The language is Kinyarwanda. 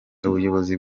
ubuyobozi